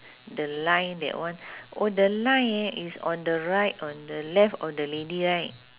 the line that one oh the line eh is on the right on the left of the lady right